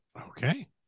Okay